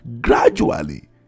gradually